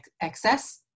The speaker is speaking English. excess